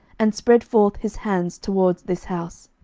and spread forth his hands toward this house